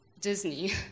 Disney